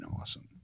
awesome